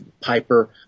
Piper